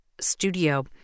studio